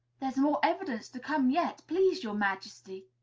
there's more evidence to come yet, please your majesty,